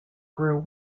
grew